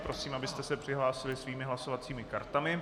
Prosím, abyste se přihlásili svými hlasovacími kartami.